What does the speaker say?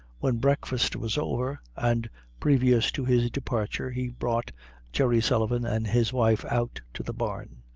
when breakfast was over, and previous to his departure, he brought jerry sullivan and his wife out to the barn,